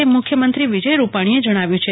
તેમ મુખ્યમંત્રી શ્રી વિજય રૂપાણીઅ જણાવ્યૂં છે